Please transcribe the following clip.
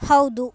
ಹೌದು